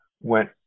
went